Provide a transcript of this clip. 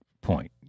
point